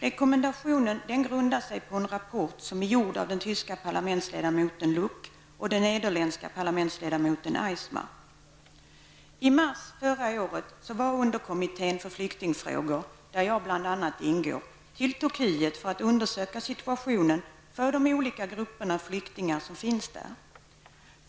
Rekommendationen grundar sig på en rapport som är gjord av den tyska parlamentsledamoten Luuk och den nederländska parlamentsledamoten I mars förra året var underkommittén för flyktingfrågor, där jag ingår, i Turkiet för att undersöka situationen för de olika grupper av flyktingar som finns där.